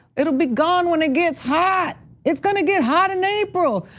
it will be gone when it gets hot. it's gonna get hot in april.